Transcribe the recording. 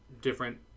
different